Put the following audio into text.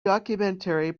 documentary